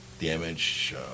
damage